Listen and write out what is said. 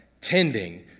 tending